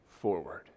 forward